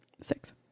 six